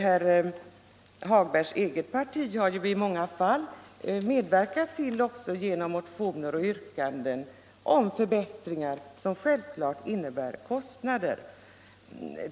Herr Hagbergs eget parti har i många fall medverkat härtill genom motioner och yrkanden på förbättringar som självklart innebär kostnader.